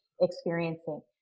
experiencing